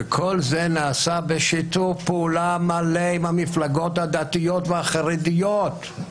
שכל זה נעשה בשיתוף פעולה מלא עם המפלגות הדתיות והחרדיות.